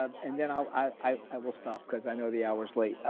and the you know i will stop cause i know the hours late,